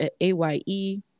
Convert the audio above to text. A-Y-E